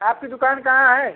आपकी दुकान कहाँ है